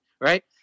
right